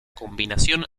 combinación